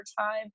overtime